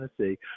Tennessee